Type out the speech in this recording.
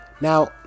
Now